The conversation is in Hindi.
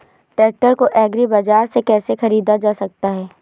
ट्रैक्टर को एग्री बाजार से कैसे ख़रीदा जा सकता हैं?